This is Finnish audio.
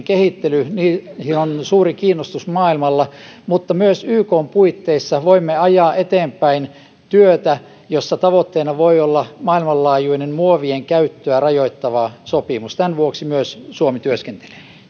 kehittelyyn on suuri kiinnostus maailmalla mutta myös ykn puitteissa voimme ajaa eteenpäin työtä jossa tavoitteena voi olla maailmanlaajuinen muovien käyttöä rajoittava sopimus tämän vuoksi myös suomi työskentelee